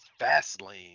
Fastlane